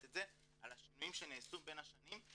את זה על השינויים שנעשו בין השנים.